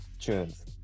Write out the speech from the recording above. tunes